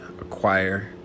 acquire